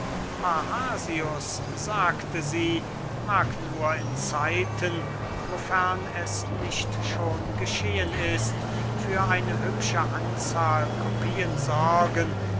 parrhasius sagte sie mag nur in zeiten wofern es nicht schon geschehen ist für eine hübsche anzahl kopien sorgen